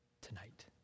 tonight